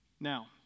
Now